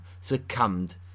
succumbed